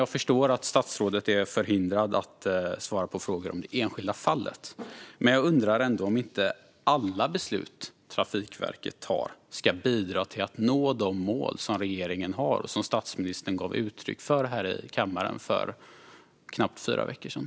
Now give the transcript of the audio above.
Jag förstår att statsrådet är förhindrad att svara på frågor om det enskilda fallet, men jag undrar ändå om inte alla beslut Trafikverket tar ska bidra till att nå de mål som regeringen har och som statsministern gav uttryck för i kammaren för knappt fyra veckor sedan.